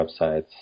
websites